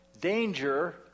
Danger